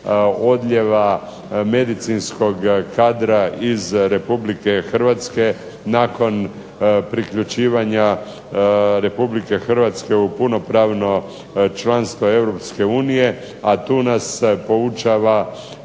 odljeva medicinskog kadra iz Republike Hrvatske nakon priključivanja Republike Hrvatske u punopravno članstvo Europske unije, a tu nas poučava